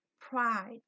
pride